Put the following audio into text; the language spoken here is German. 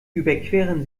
überqueren